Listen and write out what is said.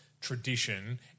tradition